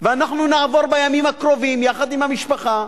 ואנחנו נעבור בימים הקרובים יחד עם המשפחה,